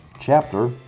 chapter